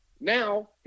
Now